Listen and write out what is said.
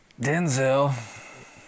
Denzel